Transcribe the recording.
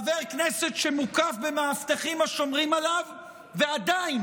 חבר כנסת שמוקף במאבטחים השומרים עליו ועדיין